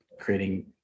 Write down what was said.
creating